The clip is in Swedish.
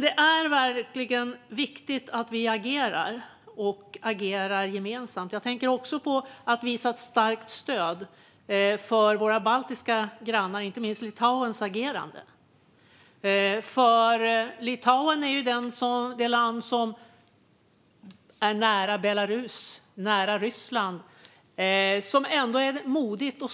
Det är viktigt att vi agerar och gör det gemensamt. Det handlar också om att visa våra baltiska grannar ett starkt stöd, inte minst Litauen. Litauen ligger nära både Belarus och Ryssland men är ändå modigt och